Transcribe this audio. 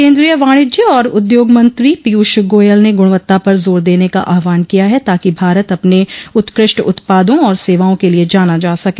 केन्द्रीय वाणिज्य और उद्योग मंत्री पीयूष गोयल ने गुणवत्ता पर जोर देने का आह्वान किया है ताकि भारत अपने उत्कृष्ट उत्पादों और सेवाओं के लिए जाना जा सके